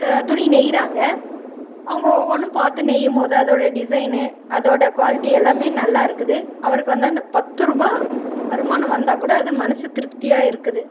த துணி நெய்கிறாங்க அவங்க ஒவ்வொன்றும் பார்த்து நெய்யும்போது அதோடய டிசைனு அதோடய குவாலிட்டி எல்லாமே நல்லாயிருக்குது அவருக்கு வந்து அந்த பத்து ரூபாய் வருமானம் வந்தால் கூட அது மனது திருப்தியாக இருக்குது